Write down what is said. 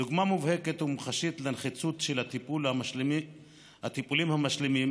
דוגמה מובהקת ומוחשית לנחיצות של הטיפולים המשלימים